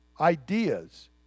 ideas